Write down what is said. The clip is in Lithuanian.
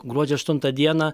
gruodžio aštuntą dieną